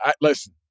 Listen